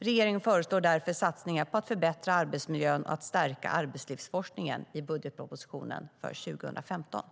Regeringen föreslår därför satsningar på att förbättra arbetsmiljön och stärka arbetslivsforskningen i budgetpropositionen för 2015.